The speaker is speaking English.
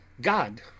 god